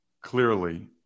clearly